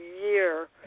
year